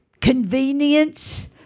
convenience